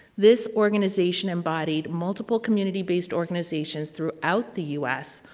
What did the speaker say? this organization embodied multiple community-based organizations throughout the u s.